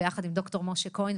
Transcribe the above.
ביחד עם ד"ר משה כהן,